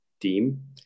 team